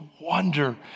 wonder